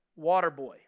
Waterboy